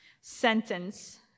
sentence